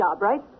right